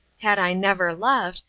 had i never loved,